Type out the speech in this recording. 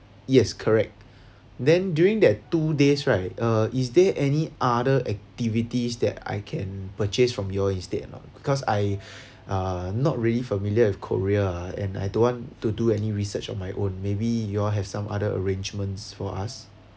yes correct then during that two days right uh is there any other activities that I can purchase from you instead or not because I uh not really familiar with korea ah and I don't want to do any research on my own maybe you all have some other arrangements for us